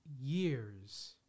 years